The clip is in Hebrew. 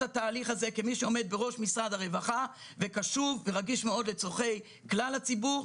התהליך הזה כמי שעומד בראש משרד הרווחה וקשוב ורגיש מאוד לצורכי הציבור,